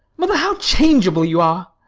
mother, how changeable you are!